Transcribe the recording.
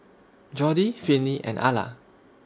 Jordi Finley and Ala